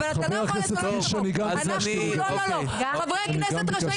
אתה לא יכול --- חברי הכנסת רשאים